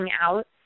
out